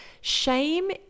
Shame